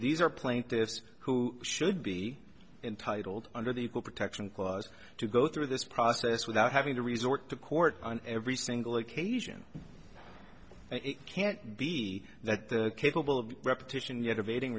these are plaintiffs who should be entitled under the equal protection clause to go through this process without having to resort to court on every single occasion can't be that capable of repetition yet evading